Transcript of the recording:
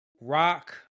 Rock